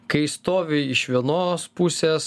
kai stovi iš vienos pusės